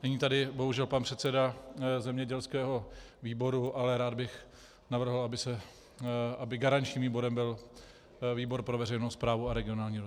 Není tady bohužel pan předseda zemědělského výboru, ale rád bych navrhl, aby garančním výborem byl výbor pro veřejnou správu a regionální rozvoj.